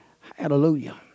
Hallelujah